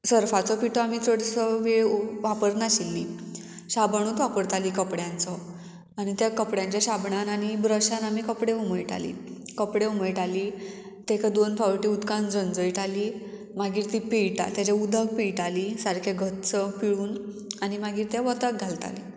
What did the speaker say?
सर्फाचो पिठो आमी चडसो वेळ वापरनाशिल्ली शाबणूच वापरताली कपड्यांचो आनी त्या कपड्यांच्या शाबणान आनी ब्रशान आमी कपडे उमयताली कपडे उमयताली ताका दोन फावटी उदकान झळटाली मागीर ती पिळटा तेजे उदक पिळटाली सारके घच्च पिळून आनी मागीर ते वतक घालताली